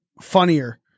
funnier